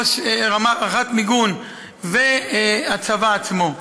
רמ"ט מיגון והצבא עצמו.